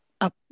up